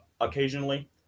occasionally